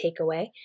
takeaway